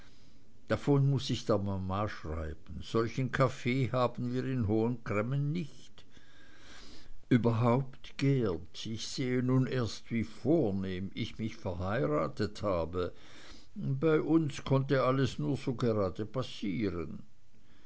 davor muß ich der mama schreiben solchen kaffee haben wir in hohen cremmen nicht überhaupt geert ich sehe nun erst wie vornehm ich mich verheiratet habe bei uns konnte alles nur so gerade passieren